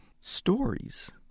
stories